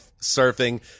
surfing